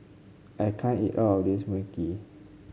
I can't eat all of this Mui Kee